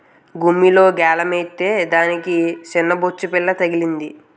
గుమ్మిలో గాలమేత్తే దానికి సిన్నబొచ్చుపిల్ల తగిలింది